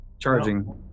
charging